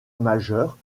majeur